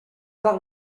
par